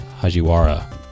Hajiwara